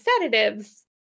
sedatives